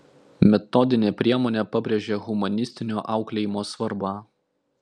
metodinė priemonė pabrėžia humanistinio auklėjimo svarbą